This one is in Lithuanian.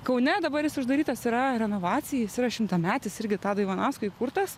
kaune dabar jis uždarytas yra renovacijai jis yra šimtametis irgi tado ivanausko įkurtas